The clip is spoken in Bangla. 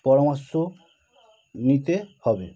পরামর্শ নিতে হবে